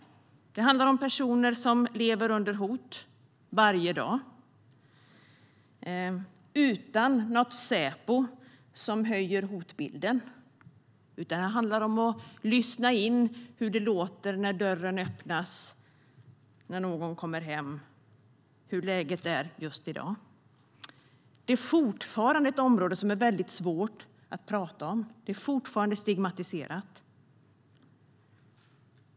Det handlar om personer som lever under hot varje dag utan att Säpo höjer hotbilden. Här handlar det om att lyssna hur det låter när dörren öppnas när någon kommer hem. Hur är läget just i dag? Detta är fortfarande ett område som det är väldigt svårt att prata om. Det är fortfarande stigmatiserat.